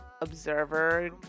observer